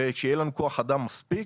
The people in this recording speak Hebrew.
ושיהיה לנו כוח אדם מספיק,